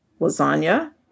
Lasagna